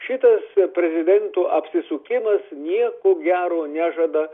šitas prezidento apsisukimas nieko gero nežada